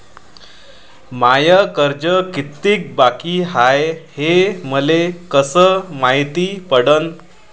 माय कर्ज कितीक बाकी हाय, हे मले कस मायती पडन?